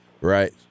right